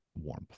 warmth